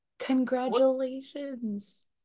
Congratulations